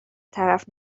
طرف